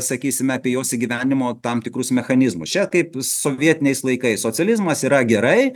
sakysime apie jos įgyvendinimo tam tikrus mechanizmus čia kaip sovietiniais laikais socializmas yra gerai